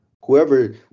whoever –